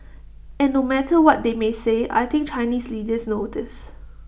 and no matter what they may say I think Chinese leaders know this